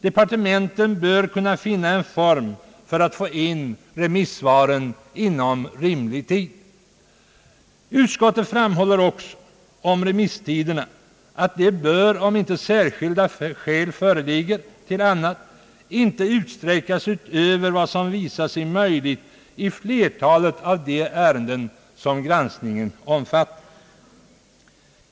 Departementet bör kunna finna en form för att få in remissvaren inom rimlig tid. Utskottet framhåller också beträffande remisstiderna att de, om inte särskilda skäl föreligger till annat, inte bör utsträckas utöver vad som visat sig möjligt i flertalet av de ärenden som granskningen omfattar.